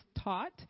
taught